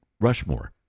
rushmore